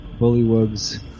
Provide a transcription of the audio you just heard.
Bullywugs